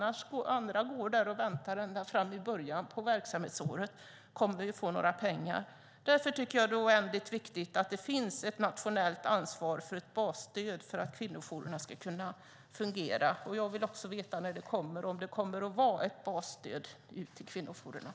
Andra går och väntar ända fram till början av verksamhetsåret och undrar: Kommer vi att få några pengar? Det är därför oändligt viktigt att det finns ett nationellt ansvar för ett basstöd så att kvinnojourerna ska kunna fungera. Kommer det ett basstöd till kvinnojourerna, och när kommer det?